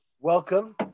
Welcome